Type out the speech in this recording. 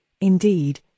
indeed